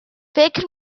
فکر